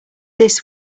this